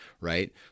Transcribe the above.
right